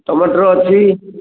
ଟମାଟର ଅଛି